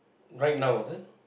right now is it